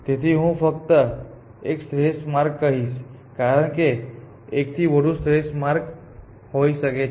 તેથી હું ફક્ત એક શ્રેષ્ઠ માર્ગ કહીશ કારણ કે એક થી વધુ શ્રેષ્ઠ માર્ગો હોઈ શકે છે